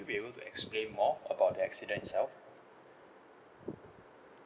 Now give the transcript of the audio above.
be able to explain more about the accident itself